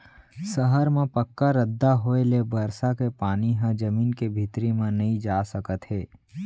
सहर म पक्का रद्दा होए ले बरसा के पानी ह जमीन के भीतरी म नइ जा सकत हे